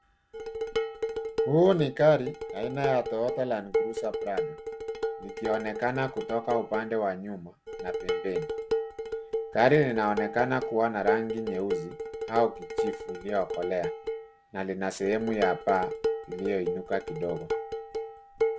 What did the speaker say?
Huu ni gari aina ya Toyota Landcruiser Prado, likionekana kutoka upande wa nyuma na pembeni. Gari linaonekana kuwa na rangi nyeusi au kijivu iliyokolea na lina sehemu ya paa iliyoinuka kidogo.